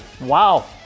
wow